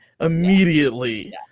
immediately